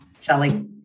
Shelly